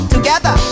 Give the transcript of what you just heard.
Together